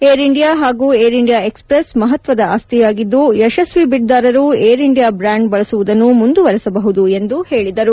air India ಹಾಗೂ Air India express ಮಹತ್ವದ ಆಸ್ತಿಯಾಗಿದ್ದು ಯಶಸ್ವಿ ಬಿಡ್ದಾರರು ಏರ್ಇಂಡಿಯಾ ಬ್ರಾಂಡ್ ಬಳಸುವುದನ್ನು ಮುಂದುವರೆಸಬಹುದು ಎಂದು ಹೇಳಿದರು